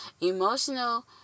Emotional